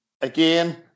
again